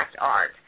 art